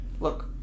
Look